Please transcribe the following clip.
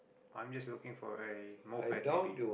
I'm just looking for a notepad maybe